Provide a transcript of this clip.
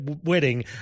wedding